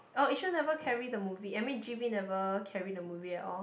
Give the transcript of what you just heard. oh yishun never carry the movie I mean g_v never carry the movie at all